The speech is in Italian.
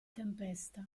tempesta